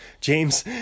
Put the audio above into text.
James